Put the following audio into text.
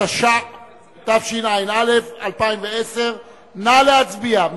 התשע"א 2010, נא להצביע.